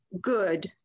good